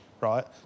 right